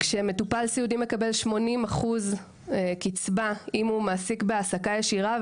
מטופל סיעודי מקבל כ-80% קצבה אם הוא מעסיק בהעסקה ישירה,